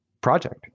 project